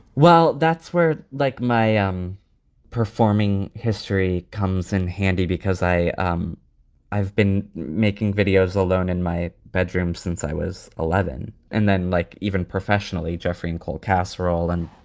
well, that's where, like my ah um performing history comes in handy because i um i've been making videos alone in my bedroom since i was eleven. and then, like, even professionally, geoffrey and cold casserole and.